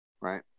right